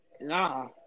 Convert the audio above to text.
Nah